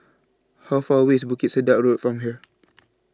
How Far away IS Bukit Sedap Road from here